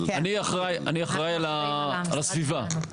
אני אחראי על הסביבה.